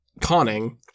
conning